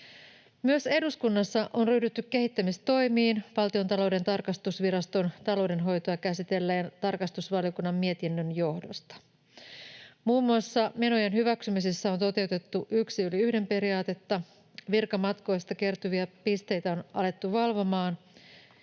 Myös eduskunnassa on ryhdytty kehittämistoimiin Valtiontalouden tarkastusviraston taloudenhoitoa käsitelleen tarkastusvaliokunnan mietinnön johdosta. Muun muassa menojen hyväksymisessä on toteutettu yksi yli yhden ‑periaatetta, virkamatkoista kertyviä pisteitä on alettu valvomaan